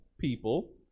people